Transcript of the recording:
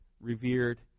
revered